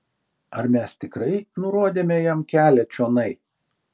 ar mes tikrai nurodėme jam kelią čionai